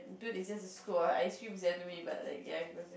dude it's just a scoop of ice cream sia to me but like ya he was